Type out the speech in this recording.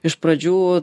iš pradžių